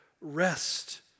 rest